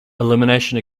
elimination